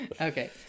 Okay